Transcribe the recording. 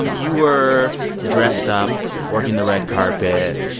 um you were dressed up working the red carpet.